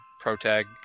protag